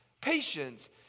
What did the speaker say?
Patience